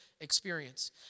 experience